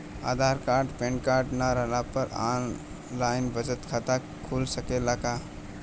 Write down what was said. आधार card PAN card न रहला पर आन लाइन बचत खाता खुल सकेला का?